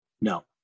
No